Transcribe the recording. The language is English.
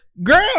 girl